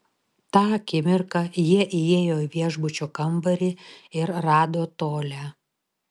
tą akimirką jie įėjo į viešbučio kambarį ir rado tolią